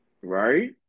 Right